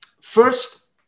first